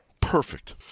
Perfect